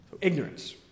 Ignorance